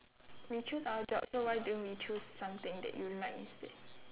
we choose our job so why don't you choose something that you like instead